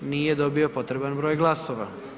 Nije dobio potreban broj glasova.